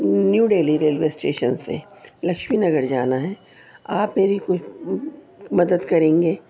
new Delhi railway station سے لکشمی نگر جانا ہے آپ میری مدد کریں گے